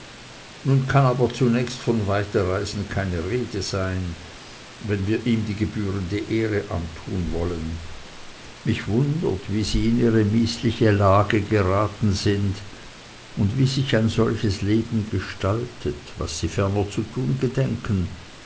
nun kann aber zunächst von weiterreisen keine rede sein wenn wir ihm die gebührende ehre antun wollen mich wundert wie sie in ihre mißliche lage geraten sind und wie sich ein solches leben gestaltet was sie ferner zu tun gedenken